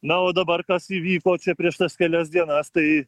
na o dabar kas įvyko čia prieš tas kelias dienas tai